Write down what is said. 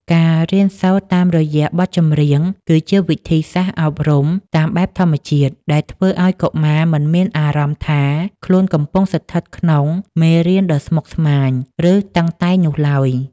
ការរៀនសូត្រតាមរយៈបទចម្រៀង គឺជាវិធីសាស្ត្រអប់រំតាមបែបធម្មជាតិដែលធ្វើឱ្យកុមារមិនមានអារម្មណ៍ថាខ្លួនកំពុងស្ថិតក្នុងមេរៀនដ៏ស្មុគស្មាញ ឬតឹងតែងនោះឡើយ។